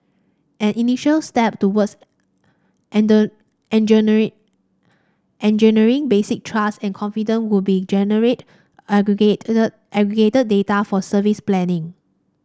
an initial step towards engendering engendering basic trust and confident would be generate aggregated it aggregated data for service planning